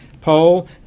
poll